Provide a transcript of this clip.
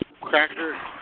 Cracker